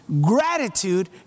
gratitude